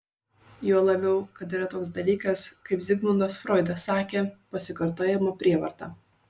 juo labiau kad yra toks dalykas kaip zigmundas froidas sakė pasikartojimo prievarta